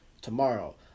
tomorrow